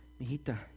Mijita